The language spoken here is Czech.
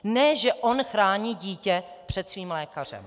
Ne že on chrání dítě pře svým lékařem.